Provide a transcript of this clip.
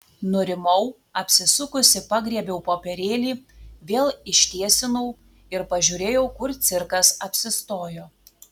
nurimau apsisukusi pagriebiau popierėlį vėl ištiesinau ir pasižiūrėjau kur cirkas apsistojo